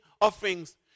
offerings